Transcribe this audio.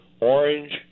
orange